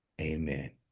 amen